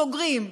סוגרים.